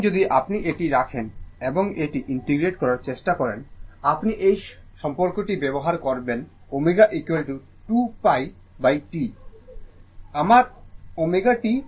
এবং যদি আপনি এটি রাখেন এবং এটি ইন্টিগ্রেট করার চেষ্টা করেন আপনি এই সম্পর্কটি ব্যবহার করবেন ω 2 pi T এর অর্থ আমার ω T হবে 2 pi